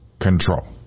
control